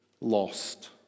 Lost